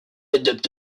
adopte